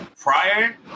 prior